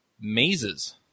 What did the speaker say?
mazes